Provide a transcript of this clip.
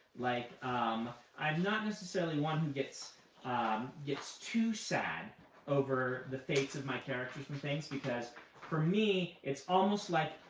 like um i'm not necessarily one who gets gets too sad over the fates of my characters and things. because for me, it's almost like,